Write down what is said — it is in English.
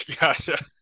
Gotcha